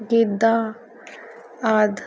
ਗਿੱਧਾ ਆਦਿ